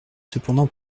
cependant